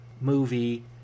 movie